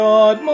God